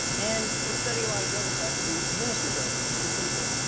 and to study a lot of drug effects, we administer drugs to people.